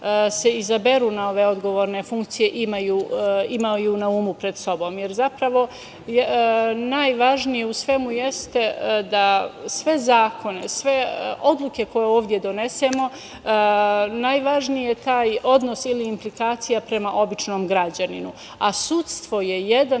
se izaberu na ove odgovorne funkcije imaju na umu pred sobom. Jer, zapravo, najvažnije u svemu jeste da sve zakone, sve odluke koje ovde donesemo, najvažniji je taj odnos ili implikacija prema običnom građaninu, a sudstvo je jedan